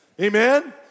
Amen